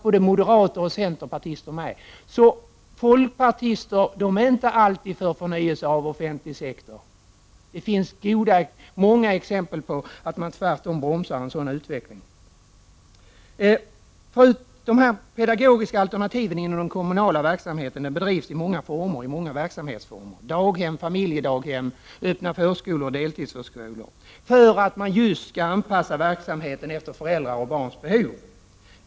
Både moderater och centerpartister var dock med. Folkpartister är således inte alltid för förnyelse av den offentliga sektorn. Det finns många exempel på att man tvärtom bromsar en sådan utveckling. De pedagogiska alternativen inom den kommunala verksamheten bedrivs i många former: daghem, familjedaghem, öppna förskolor och deltidsförskolor. Detta sker just för att man skall anpassa verksamheten efter föräldrars och barns behov.